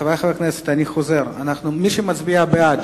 חברי חברי הכנסת, ההצבעה תיערך כך: מי שמצביע בעד,